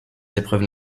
épreuves